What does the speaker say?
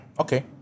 okay